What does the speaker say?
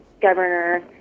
governor